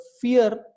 fear